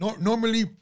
Normally